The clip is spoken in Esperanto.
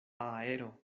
aero